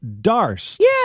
Darst